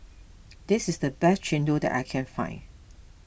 this is the best Chendol that I can find